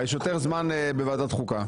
יש יותר זמן בוועדת החוקה.